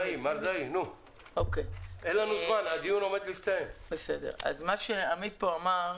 מרזאי, והדברים שהוא אמר,